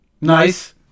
nice